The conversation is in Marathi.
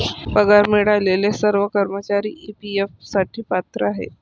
पगार मिळालेले सर्व कर्मचारी ई.पी.एफ साठी पात्र आहेत